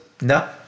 No